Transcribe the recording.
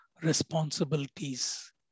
responsibilities